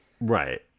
Right